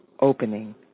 opening